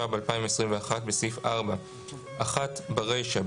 התשפ"ב 2021 בסעיף 4 - (1) ברישה,